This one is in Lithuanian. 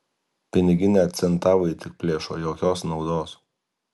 piniginę centavai tik plėšo jokios naudos